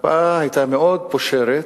ההקפאה היתה מאוד פושרת,